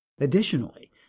Additionally